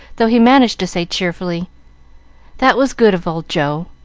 though he managed to say, cheerfully that was good of old joe.